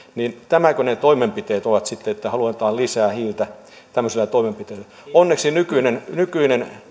nämäkö ne toimenpiteet ovat sitten halutaan lisää hiiltä tämmöisillä toimenpiteillä onneksi nykyinen nykyinen